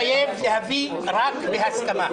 --- כי אתם צריכים עוד תפקיד.